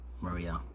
Maria